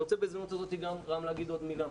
אני רוצה בהזדמנות הזאת גם, רם, להגיד עוד מילה.